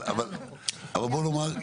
אבל בואו נאמר,